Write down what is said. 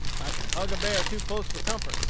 i can hug a bear too close for comfort,